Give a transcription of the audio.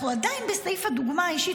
אנחנו עדיין בסעיף הדוגמה האישית,